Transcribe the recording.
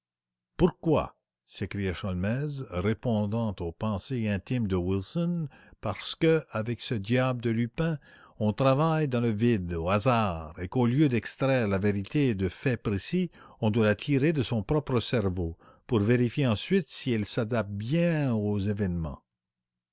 pourquoi s'écria sholmès répondant aux pensées intimes de wilson parce que avec ce diable de lupin on travaille dans le vide au hasard et qu'au lieu d'extraire la vérité de faits précis on doit la tirer de son propre cerveau pour vérifier ensuite si elle s'adapte bien aux événements